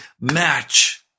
match